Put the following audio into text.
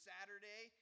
Saturday